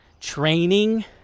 training